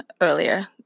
earlier